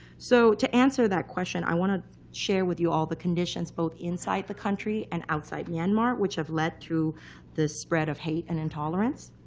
so to answer that question, i want to share with you all the conditions, both inside the country, and outside myanmar, which have led to the spread of hate and intolerance.